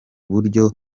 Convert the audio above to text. buryo